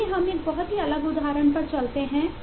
आइए हम एक बहुत ही अलग उदाहरण पर चलते हैं